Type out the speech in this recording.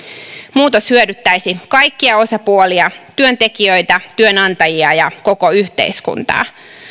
muutos hyödyttäisi kaikkia osapuolia työntekijöitä työnantajia ja koko yhteiskuntaa